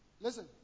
Listen